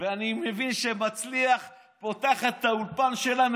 ואני מבין שמצליח פותחת את האולפן שלה,